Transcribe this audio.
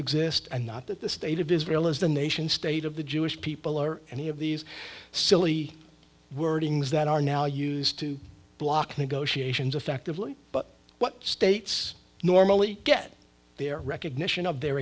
exist and not that the state of israel is the nation state of the jewish people or any of these silly wordings that are now used to block negotiations effectively but what states normally get their recognition of their